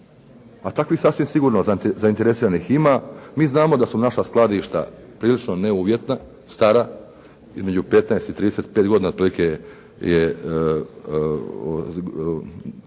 A takvih sasvim sigurno zainteresiranih ima. Mi znamo da su naša skladišta prilično neuvjetna, stara između 15 i 35 godina